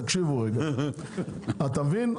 אתה מבין?